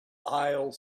aisle